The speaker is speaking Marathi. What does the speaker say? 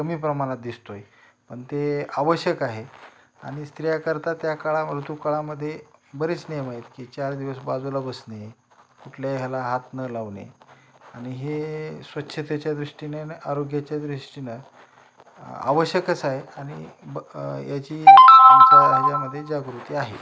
कमी प्रमाणात दिसतो आहे पण ते आवश्यक आहे आणि स्त्रियांकरता त्या काळा ऋतूकाळामध्ये बरेच नियम आहेत की चार दिवस बाजूला बसणे कुठल्याही ह्याला हात न लावणे आणि हे स्वच्छतेच्या दृष्टीने न आरोग्याच्या दृष्टीने आवश्यकच आहे आणि ब याची आमच्या ह्यामध्ये जागृती आहे